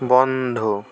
বন্ধ